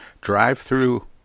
drive-through